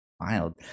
wild